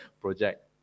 project